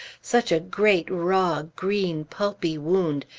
such a great raw, green, pulpy wound,